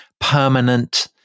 permanent